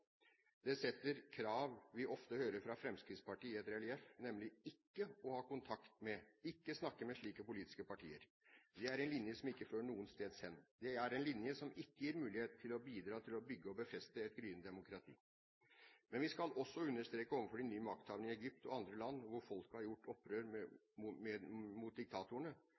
Det setter krav vi ofte hører fra Fremskrittspartiet i relieff, nemlig om ikke å ha kontakt med, ikke snakke med, slike politiske partier. Det er en linje som ikke fører noen steds hen. Det er en linje som ikke gir muligheter til å bidra til å bygge og befeste et gryende demokrati. Men vi skal også understreke overfor de nye makthavere i Egypt og andre land hvor folket har gjort opprør mot diktatorene,